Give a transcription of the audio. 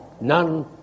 None